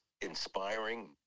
inspiring